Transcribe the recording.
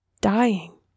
dying